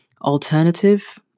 alternative